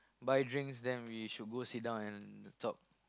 buy drinks then we should go sit down and talk